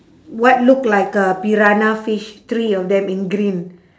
what look like a piranha fish three of them in green